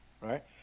Right